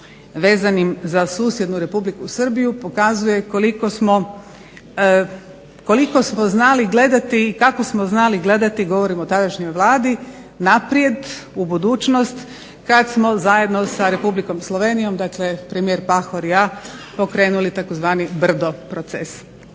vezanim za susjednu Republiku Srbiju pokazuje koliko smo znali gledati i kako smo znali gledati, govorim o tadašnjoj vladi naprijed u budućnost kada smo zajedno sa Republikom Slovenijom dakle premijer Pahor i ja pokrenuli tzv. Brdo proces.